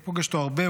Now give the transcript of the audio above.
אני פוגש אותו הרבה,